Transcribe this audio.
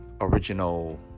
original